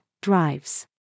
drives